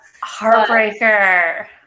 heartbreaker